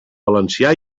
valencià